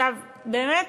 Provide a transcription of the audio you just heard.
עכשיו, באמת,